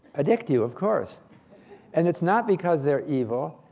addict you, of course and it's not because they're evil.